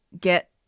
get